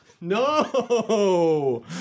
No